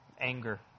anger